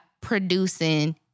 producing